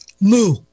moo